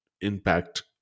impact